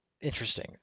interesting